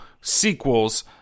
sequels